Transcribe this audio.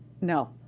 No